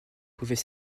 pouvait